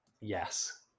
Yes